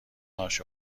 عاشق